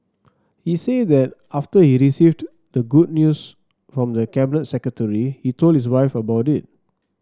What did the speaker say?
he said that after he received the good news from the Cabinet Secretary he told his wife about it